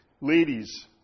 Ladies